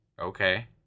Okay